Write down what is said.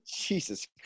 Jesus